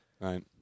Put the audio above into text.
Right